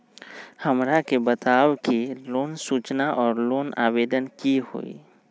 हमरा के बताव कि लोन सूचना और लोन आवेदन की होई?